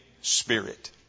spirit